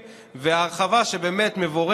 לא, אתם דיברתם.